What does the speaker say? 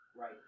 Right